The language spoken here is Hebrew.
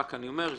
רק אני אומר,